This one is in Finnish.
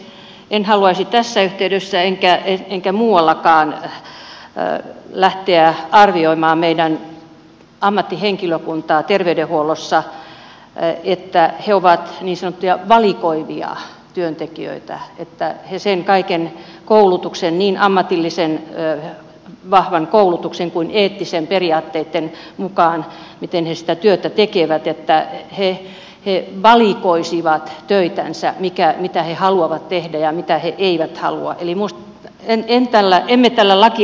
en haluaisi tässä yhteydessä enkä muuallakaan lähteä arvioimaan meidän ammattihenkilökuntaamme terveydenhuollossa että he ovat niin sanottuja valikoivia työntekijöitä että he niin sen kaiken koulutuksen vahvan ammatillisen koulutuksen kuin eettisten periaatteitten mukaan miten he sitä työtä tekevät valikoisivat töitänsä mitä he haluavat tehdä ja mitä he eivät halua kihimus eniten täällä emme täällä laki